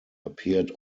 appeared